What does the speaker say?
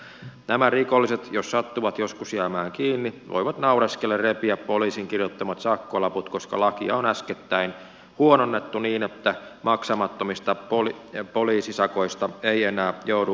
nämä rikolliset jos sattuvat joskus jäämään kiinni voivat naureskellen repiä poliisin kirjoittamat sakkolaput koska lakia on äskettäin huononnettu niin että maksamattomista poliisisakoista ei enää joudu sakonmuuntovankeuteen